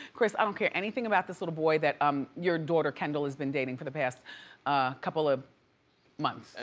kris, i don't care, anything about this little boy that um your daughter kendall has been dating for the past couple of months.